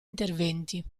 interventi